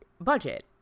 budget